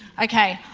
okay,